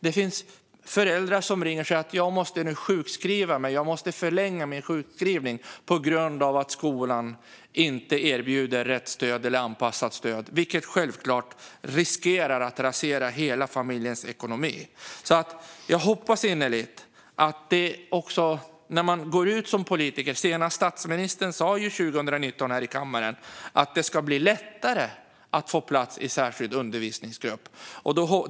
Det finns föräldrar som ringer och säger att de måste sjukskriva sig eller förlänga sin sjukskrivning på grund av att skolan inte erbjuder rätt stöd eller anpassat stöd, vilket självklart riskerar att rasera hela familjens ekonomi. Statsministern sa 2019 här i kammaren att det skulle bli lättare att få plats i särskild undervisningsgrupp.